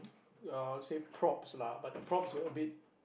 uh say props lah but the props were a bit